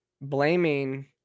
blaming